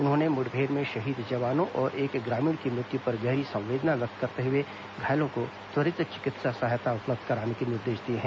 उन्होंने मुठभेड़ में शहीद जवानों और एक ग्रामीण की मृत्यु पर गहरी संवेदना व्यक्त करते हुए घायलों को त्वरित चिकित्सा सहायता उपलब्ध कराने के निर्देश दिए हैं